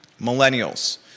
millennials